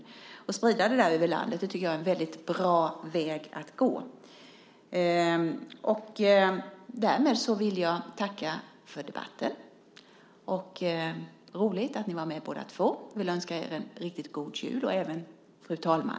Då kan man sprida detta över landet. Jag tycker att det är en väldigt bra väg att gå. Därmed vill jag tacka för debatten. Det var roligt att ni var med båda två. Jag vill önska er en riktig god jul och även fru talman.